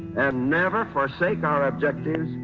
and never forsake our objectives,